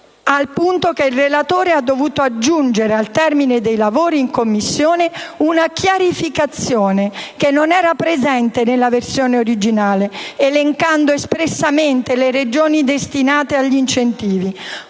al punto che il relatore ha dovuto aggiungere, al termine dei lavori in Commissione, una chiarificazione, che non era presente nella versione originale, elencando espressamente le Regioni destinatarie degli incentivi.